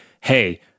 hey